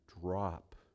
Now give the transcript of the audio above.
drop